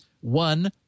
one